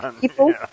people